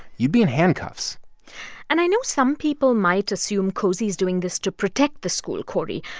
you'd be in handcuffs and i know some people might assume cosey's doing this to protect the school, cory.